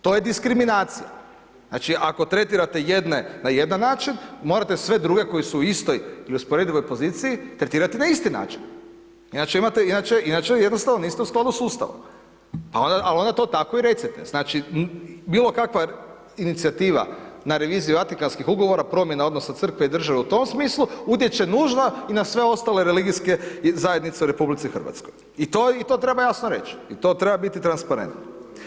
To je diskriminacija znači ako tretirate jedne na jedan način morate sve druge koji su u istoj i usporedivoj poziciji tretirati na isti način, inače imate, inače jednostavno niste u skladu s Ustavom, al onda to tako i recite, znači bilo kakva inicijativa na reviziju Vatikanskih ugovora, promjena odnosa crkve i države u tom smislu utječe nužno i na sve ostale religijske zajednice u RH i to i to treba jasno reći i to treba biti transparentno.